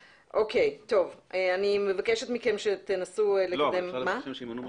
אוקיי, טוב --- לא, אפשר לבקש שימנו משקיף.